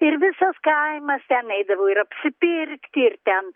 ir visas kaimas ten eidavo ir apsipirkti ir ten